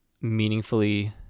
meaningfully